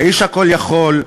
האיש הכול-יכול,